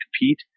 compete